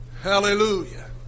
Hallelujah